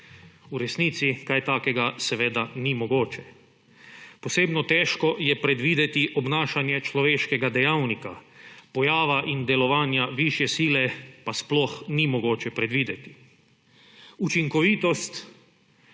V resnici kaj takega seveda ni mogoče. Posebno težko je predvideti obnašanje človeškega dejavnika, pojava in delovanja višje sile pa sploh ni mogoče predvideti. Učinkovitost